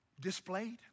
displayed